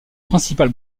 principales